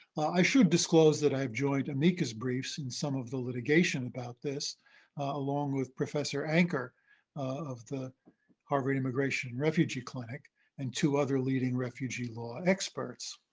i should disclose that i have joined amicus briefs in some of the litigation about this along with professor anker of the harvard immigration and refugee clinic and two other leading refugee law experts.